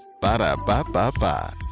Ba-da-ba-ba-ba